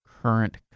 current